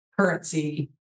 currency